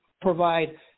provide